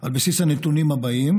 על בסיס הנתונים הבאים: